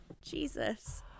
Jesus